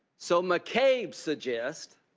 so mccabe suggests,